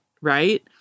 Right